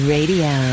Radio